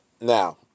Now